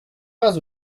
pas